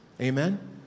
Amen